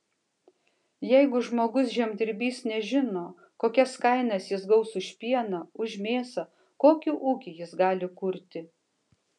jeigu žmogus žemdirbys nežino kokias kainas jis gaus už pieną už mėsą kokį ūkį jis gali kurti